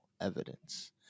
evidence